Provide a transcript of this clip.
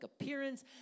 appearance